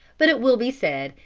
but, it will be said,